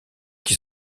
qui